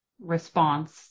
response